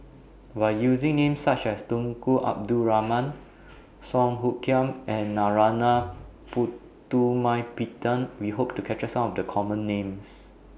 By using Names such as Tunku Abdul Rahman Song Hoot Kiam and Narana Putumaippittan We Hope to capture Some of The Common Names